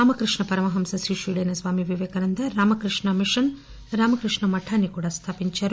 రామకృష్ణ పరమహంస శిష్యుడైన స్వామి విపేకానంద రామకృష్ణ మిషన్ రామకృష్ణ మఠాన్ని స్థాపించారు